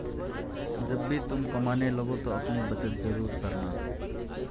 जब भी तुम कमाने लगो तो अपनी बचत जरूर करना